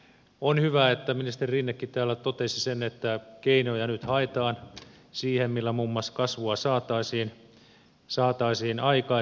on hyvä että ministeri rinnekin täällä totesi sen että keinoja nyt haetaan siihen millä muun muassa kasvua saataisiin aikaiseksi